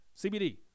CBD